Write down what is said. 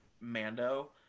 Mando